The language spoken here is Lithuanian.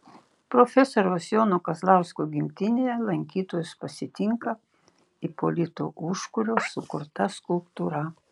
profesoriaus jono kazlausko gimtinėje lankytojus pasitinka ipolito užkurio sukurta skulptūra